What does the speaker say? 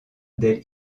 del